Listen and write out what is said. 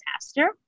Disaster